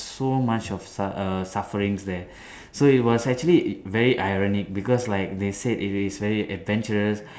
so much of suf~ err sufferings there so it was actually very ironic because like they said it is very adventurous